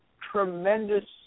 tremendous